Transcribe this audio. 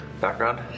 background